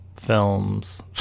films